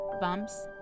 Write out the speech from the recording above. bumps